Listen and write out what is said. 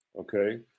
Okay